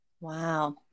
Wow